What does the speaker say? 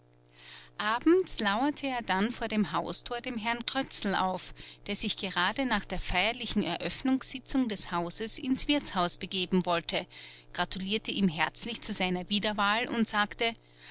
abends lauerte er dann vor dem haustor dem herrn krötzl auf der sich gerade nach der feierlichen eröffnungssitzung des hauses ins wirtshaus begeben wollte gratulierte ihm herzlich zu seiner wiederwahl und sagte